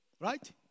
Right